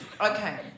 Okay